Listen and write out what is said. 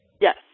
Yes